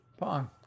Pong